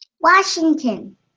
Washington